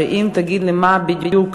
שאם תגיד לי מה בדיוק,